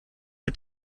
mit